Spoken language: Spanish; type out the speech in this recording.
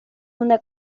una